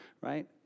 right